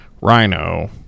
Rhino